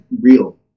real